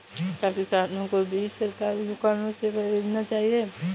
क्या किसानों को बीज सरकारी दुकानों से खरीदना चाहिए?